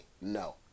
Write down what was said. No